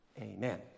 Amen